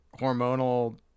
hormonal